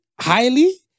Highly